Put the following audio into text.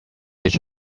each